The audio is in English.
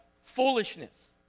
Foolishness